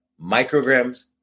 micrograms